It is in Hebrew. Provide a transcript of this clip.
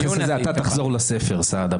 אתה תחזור לספר, סעדה.